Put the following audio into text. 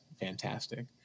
fantastic